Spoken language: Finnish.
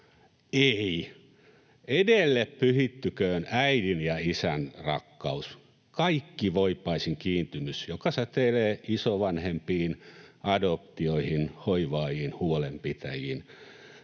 Ei — edelle pyhittyköön äidin ja isän rakkaus, kaikkivoipaisin kiintymys, joka säteilee isovanhempiin, adoptioihin, hoivaajiin, huolenpitäjiin.